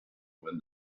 when